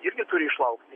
irgi turi išlaukti